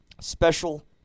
special